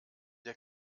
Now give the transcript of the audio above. der